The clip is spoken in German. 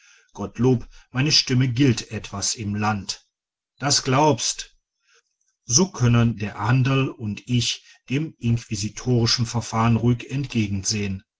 gottlob meine stimme gilt etwas im land das glaubst so können der anderl und ich diesem inquisitorischen verfahren ruhig entgegensehen